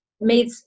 made